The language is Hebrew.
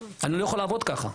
אני לא יכול לעבוד כך.